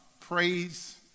praise